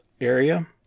area